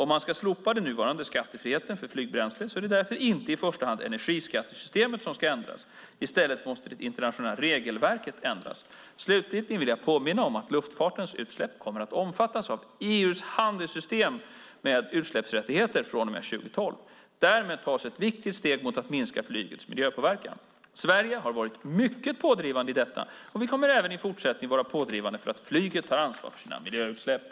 Om man ska slopa den nuvarande skattefriheten för flygbränsle är det därför inte i första hand energiskattesystemet som ska ändras. I stället måste det internationella regelverket ändras. Slutligen vill jag påminna om att luftfartens utsläpp kommer att omfattas av EU:s system för handel med utsläppsrätter från och med 2012. Därmed tas ett viktigt steg mot att minska flygets miljöpåverkan. Sverige har varit mycket pådrivande i detta, och vi kommer även i fortsättningen att vara pådrivande så att flyget tar ansvar för sina miljöutsläpp.